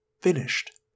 Finished